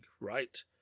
right